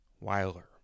Weiler